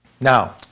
Now